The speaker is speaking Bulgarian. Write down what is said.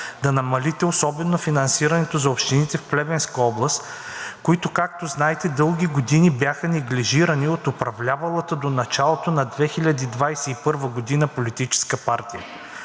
да намалите, особено финансирането за общините в Плевенска област, които, както знаете, дълги години бяха неглижирани от управлявалата до началото на 2021 г. политическа партия.